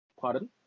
Pardon